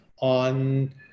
on